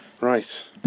Right